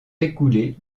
écoulés